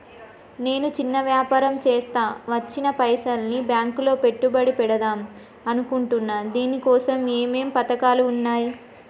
నేను చిన్న వ్యాపారం చేస్తా వచ్చిన పైసల్ని బ్యాంకులో పెట్టుబడి పెడదాం అనుకుంటున్నా దీనికోసం ఏమేం పథకాలు ఉన్నాయ్?